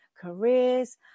careers